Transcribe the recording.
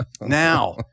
Now